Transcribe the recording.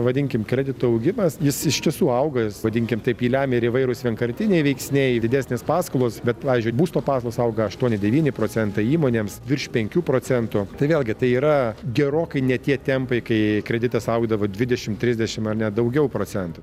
vadinkim kreditų augimas jis iš tiesų auga jis vadinkim taip jį lemia ir įvairūs vienkartiniai veiksniai didesnės paskolos bet pavyzdžiui būsto pasiūla auga aštuoni devyni procentai įmonėms virš penkių procentų tai vėlgi tai yra gerokai ne tie tempai kai kreditas augdavo dvidešimt trisdešimt ar ne daugiau procentų